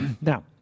Now